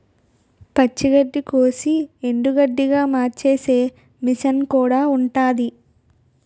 పచ్చి గడ్డికోసి ఎండుగడ్డిగా మార్చేసే మిసన్ కూడా ఉంటాది